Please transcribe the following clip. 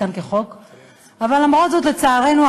מי המשתמשים בתחבורה הציבורית,